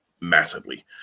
massively